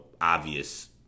obvious